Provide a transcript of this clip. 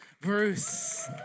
Bruce